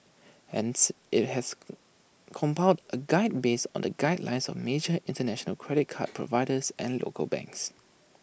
hence IT has come compiled A guide based on the guidelines of major International credit card providers and local banks